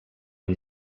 amb